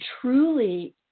truly